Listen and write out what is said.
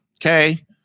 Okay